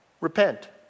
Repent